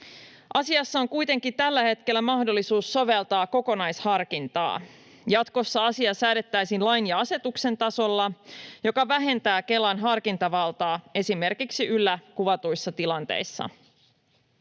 Asiassa on kuitenkin tällä hetkellä mahdollisuus soveltaa kokonaisharkintaa. Jatkossa asia säädettäisiin lain ja asetuksen tasolla, mikä vähentää Kelan harkintavaltaa esimerkiksi yllä kuvatuissa tilanteissa.